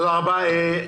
תודה רבה.